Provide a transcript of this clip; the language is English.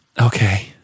Okay